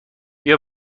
بیا